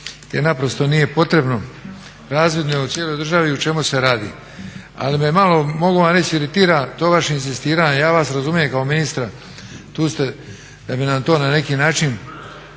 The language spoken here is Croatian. jer naprosto nije potrebno. Razvidno je u cijeloj državi o čemu se radi. Ali me malo, mogu vam reći iritira to vaše inzistiranje. Ja vas razumijem kao ministra, tu ste da bi nam to na neki način